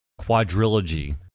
quadrilogy